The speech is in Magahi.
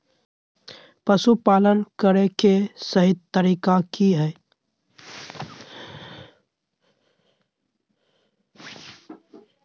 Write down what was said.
पशुपालन करें के सही तरीका की हय?